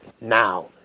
now